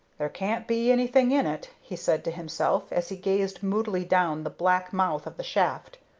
there can't be anything in it, he said to himself, as he gazed moodily down the black mouth of the shaft.